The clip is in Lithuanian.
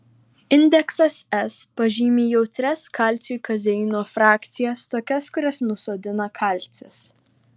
indeksas s pažymi jautrias kalciui kazeino frakcijas tokias kurias nusodina kalcis